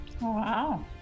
Wow